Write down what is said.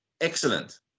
Excellent